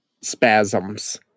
spasms